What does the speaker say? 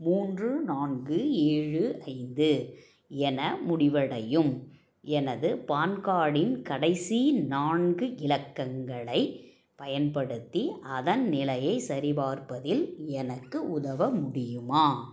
மூன்று நான்கு ஏழு ஐந்து என முடிவடையும் எனது பான் கார்டின் கடைசி நான்கு இலக்கங்களை பயன்படுத்தி அதன் நிலையைச் சரிபார்ப்பதில் எனக்கு உதவ முடியுமா